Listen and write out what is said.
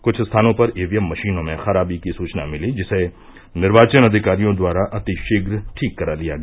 कुछ स्थानों पर ईवीएम मशीनों में खराबी की सूचना मिली जिसे निर्वाचन अधिकारियों द्वारा अतिशीघ्र ठीक करा दिया गया